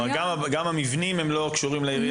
גם המבנים לא קשורים לעירייה?